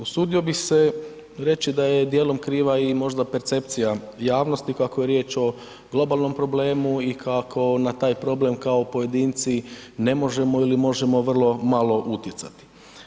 Usudio bih se reći da je dijelom kriva i možda percepcija javnosti kako je riječ o globalnom problemu i kako na taj problem kao pojedinci ne možemo ili možemo vrlo malo utjecati.